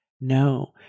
No